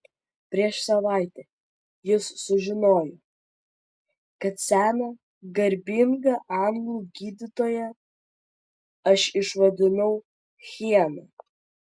prieš savaitę jis sužinojo kad seną garbingą anglų gydytoją aš išvadinau hiena